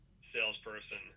salesperson